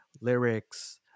lyrics